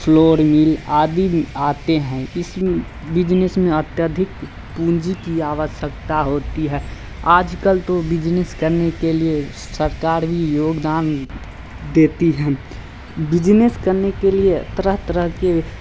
floor mill आदि भी आते हैं इसमें बिजनेस में अत्यधिक पूँजी की आवश्यकता होती है आज कल तो बिजनेस करने के लिए सरकार भी योगदान देती है बिजनेस करने के लिए तरह तरह के